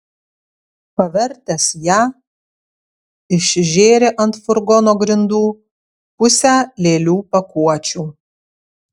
pavertęs ją išžėrė ant furgono grindų pusę lėlių pakuočių